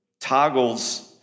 toggles